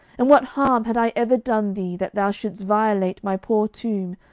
and what harm had i ever done thee that thou shouldst violate my poor tomb,